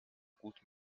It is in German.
gut